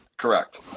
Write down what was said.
correct